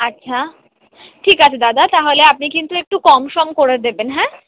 আচ্ছা ঠিক আছে দাদা তাহলে আপনি কিন্তু একটু কম সম করে দেবেন হ্যাঁ